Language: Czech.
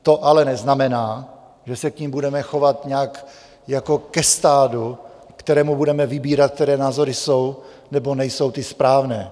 To ale neznamená, že se k nim budeme chovat nějak... jako je stádu, kterému budeme vybírat, které názory jsou nebo nejsou ty správné.